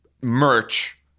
merch